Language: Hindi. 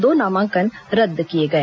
दो नामांकन रद्द किए गए